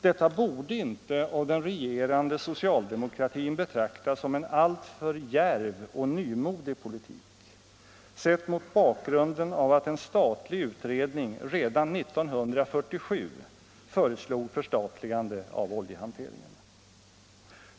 Detta borde inte av den regerande socialdemokratin betraktas som en alltför djärv och nymodig politik, sett mot bakgrunden av att en statlig utredning redan 1947 föreslog förstatligande av oljehanteringen.